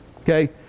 okay